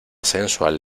sensual